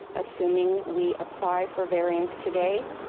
assuming we apply for variance today,